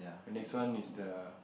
the next one is the